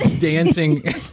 dancing